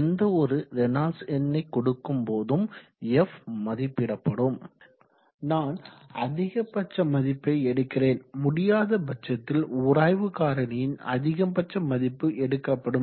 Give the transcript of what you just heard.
எந்தவொரு ரேனால்ட்ஸ் எண்ணை கொடுக்கும் போது f மதிப்பிடப்படும் நான் அதிகபட்ச மதிப்பை எடுக்கிறேன் முடியாதபட்சத்தில் உராய்வு காரணியின் அதிகபட்ச மதிப்பு எடுக்கப்படும்